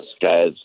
guys